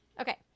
okay